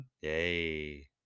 Yay